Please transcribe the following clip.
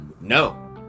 no